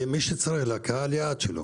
למי שצריך, לקהל היעד שלו.